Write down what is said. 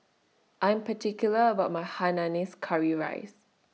I Am particular about My Hainanese Curry Rice